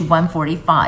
145